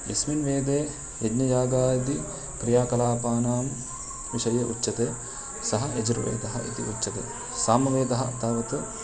यस्मिन् वेदे यज्ञयागाः इति क्रियाकलापानां विषये उच्यते सः यजुर्वेदः इति उच्यते सामवेदः तावत्